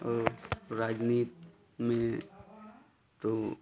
और राजनीति में तो